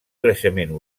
creixement